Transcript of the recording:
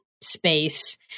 space